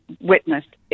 witnessed